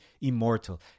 immortal